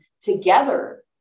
together